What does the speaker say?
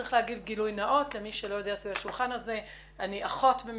צריך לומר גילוי נאות חבריי במד"א,